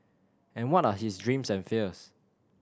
and what are his dreams and fears